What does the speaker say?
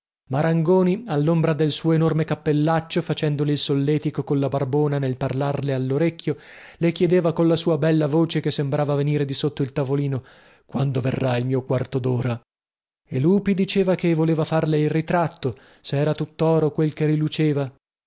marangoni allombra del suo enorme cappellaccio facendole il solletico colla barbona nel parlarle all orecchio le chiedeva colla sua bella voce che sembrava venire di sotto il tavolino quando verrà il mio quarto dora e lupi diceva che voleva farle il ritratto se era tuttoro quello che riluceva